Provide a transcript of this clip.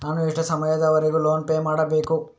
ನಾನು ಎಷ್ಟು ಸಮಯದವರೆಗೆ ಲೋನ್ ಪೇ ಮಾಡಬೇಕು?